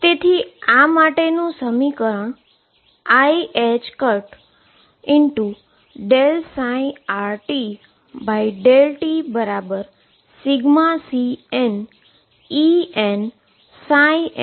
તેથી આ માટેનું સમીકરણ iℏ∂ψrt∂t∑CnEnnrt થશે